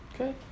Okay